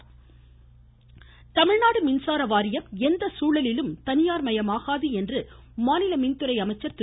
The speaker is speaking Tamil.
தங்கமணி வாய்ஸ் தமிழ்நாடு மின்சார வாரியம் எந்த சூழலிலும் தனியார்மயமாகாது என்று மாநில மின்துறை அமைச்சர் திரு